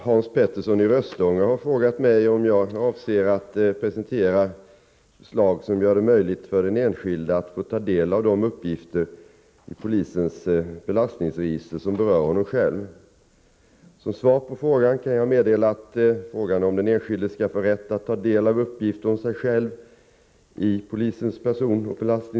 I dag är det omöjligt för enskilda att ta del av vad polisens belastningsregister innehåller för uppgifter om dem själva. Genom att inte kunna få ta del av registren kan de personer som är berörda av dem inte heller kontrollera om registeruppgifterna är korrekta.